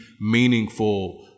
meaningful